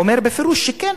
אמר בפירוש שכן.